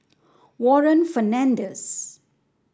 Warren Fernandez